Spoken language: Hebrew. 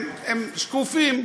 הם שקופים,